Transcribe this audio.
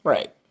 Right